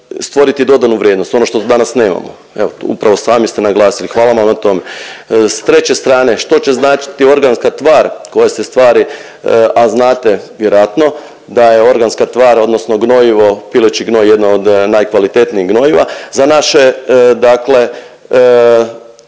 stvoriti dodanu vrijednost, ono što danas nemamo. Evo upravo sami ste naglasili hvala vam na tome. S treće strane što će značiti organska tvar koje se stvari, a znate vjerojatno da je organska tvar odnosno gnojivo, pileći gnoj jedno od najkvalitetnijih gnojiva za naše dakle